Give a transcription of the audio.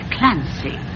Clancy